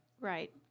Right